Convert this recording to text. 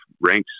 ranks